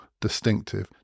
distinctive